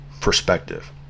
perspective